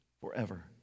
forever